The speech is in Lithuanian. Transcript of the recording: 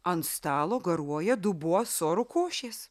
ant stalo garuoja dubuo sorų košės